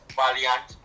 valiant